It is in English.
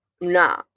nah